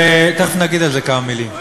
תכף נגיד על זה כמה מילים.